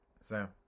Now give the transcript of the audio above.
Sam